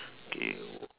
K